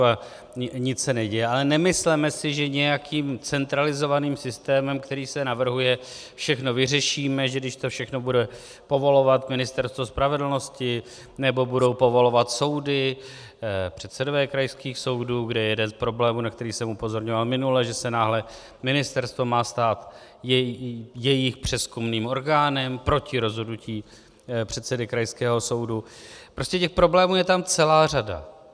Ale nemysleme si, že nějakým centralizovaným systémem, který se navrhuje, všechno vyřešíme, že když to všechno bude povolovat Ministerstvo spravedlnosti nebo budou povolovat soudy, předsedové krajských soudů, kde jeden z problémů, na které jsem upozorňoval minule, že se náhle ministerstvo má stát jejich přezkumným orgánem proti rozhodnutí předsedy krajského soudu, prostě těch problémů je tam celá řada.